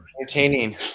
Entertaining